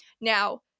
Now